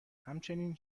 همچنین